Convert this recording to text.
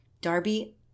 Darby